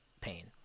pain